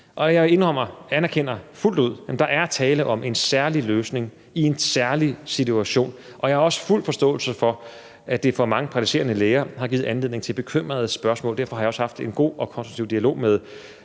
Jeg indrømmer, anerkender fuldt ud, at der er tale om en særlig løsning i en særlig situation, og jeg har også fuld forståelse for, at det for mange praktiserende læger har givet anledning til bekymrede spørgsmål. Derfor har jeg også haft en god og konstruktiv dialog med